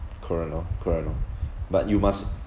current oh current oh but you must